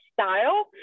style